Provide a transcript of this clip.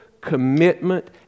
commitment